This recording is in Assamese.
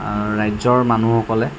ৰাজ্যৰ মানুহসকলে